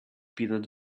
peanut